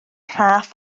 rhaff